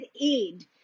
aid